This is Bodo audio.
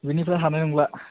बेनिफ्राय हानाय नंला